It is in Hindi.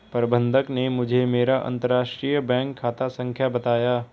प्रबन्धक ने मुझें मेरा अंतरराष्ट्रीय बैंक खाता संख्या बताया